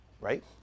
right